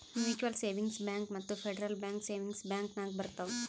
mutual savings bank ಮತ್ತ federal bank savings bank ನಾಗ್ ಬರ್ತಾವ್